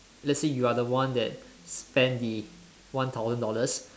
let's say you are the one that spend the one thousand dollars